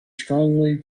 strongly